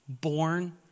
born